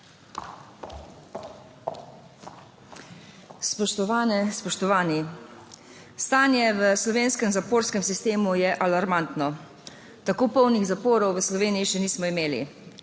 Spoštovane, spoštovani. Stanje v slovenskem zaporskem sistemu je alarmantno. Tako polnih zaporov v Sloveniji še nismo imeli.